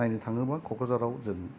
नायनो थाङोबा क'क्राझाराव जों